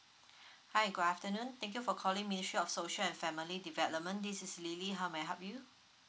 hi good afternoon thank you for calling ministry of social and family development this is lily how may I help you